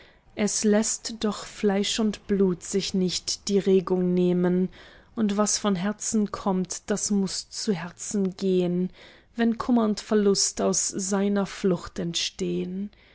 es läßt doch fleisch und blut sich nicht die regung nehmen und was von herzen kommt das muß zu herzen gehn wenn kummer und verlust aus seiner flucht entstehn